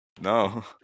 No